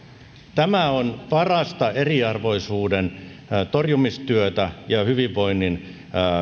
tämä on parasta eriarvoisuuden torjumistyötä ja hyvinvoinnin